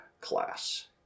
class